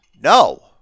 No